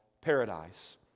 paradise